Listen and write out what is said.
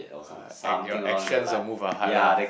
!waht! at your actions will move her heart lah